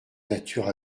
nature